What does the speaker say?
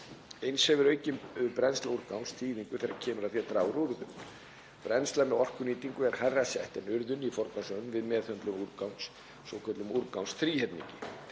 Eins hefur aukin brennsla úrgangs þýðingu þegar kemur að því að draga úr urðun. Brennsla með orkunýtingu er hærra sett en urðun í forgangsröðun við meðhöndlun úrgangs, svokölluðum úrgangsþríhyrningi.